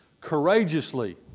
Courageously